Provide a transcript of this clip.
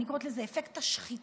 אני קוראת לזה אפקט השחיתות,